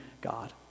God